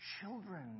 children